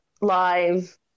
live